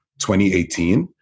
2018